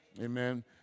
Amen